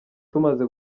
tumaze